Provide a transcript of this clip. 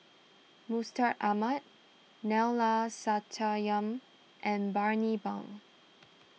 Mustaq Ahmad Neila Sathya and Bani Buang